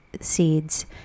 seeds